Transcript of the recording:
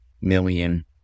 million